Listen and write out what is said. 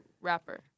rapper